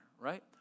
Right